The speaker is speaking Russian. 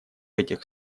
этих